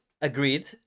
agreed